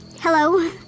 Hello